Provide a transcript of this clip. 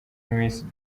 miss